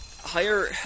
higher